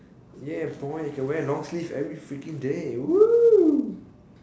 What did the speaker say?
ya boy you can wear long sleeve every freaking day